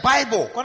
Bible